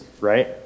right